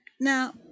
Now